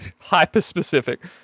hyper-specific